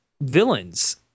villains